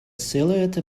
silhouette